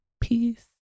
peace